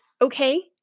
okay